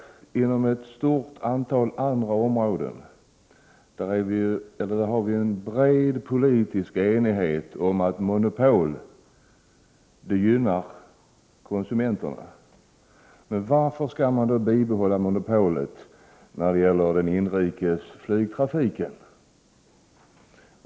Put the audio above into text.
Inom ett stort antal andra områden har vi en bred politisk enighet om att monopol inte gynnar konsumenterna. Varför skall man då bibehålla monopolet när det gäller den inrikes flygtrafiken?